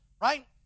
Right